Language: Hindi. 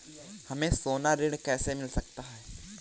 हमें सोना ऋण कैसे मिल सकता है?